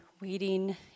waiting